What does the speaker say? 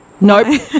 Nope